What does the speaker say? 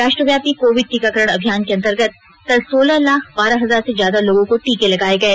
राष्ट्रव्यापी कोविड टीकाकरण अभियान के अंतर्गत कल सोलह लाख बारह हजार से ज्यादा लोगों को टीके लगाये गये